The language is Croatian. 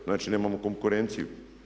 Znači nemamo konkurenciju.